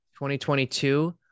2022